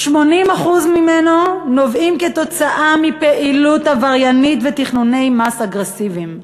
80% הם תוצאה של פעילות עבריינית ותכנוני מס אגרסיביים.